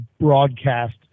broadcast